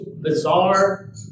bizarre